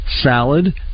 salad